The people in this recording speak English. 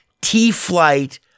T-Flight